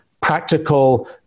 practical